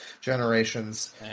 Generations